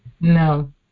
No